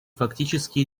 фактически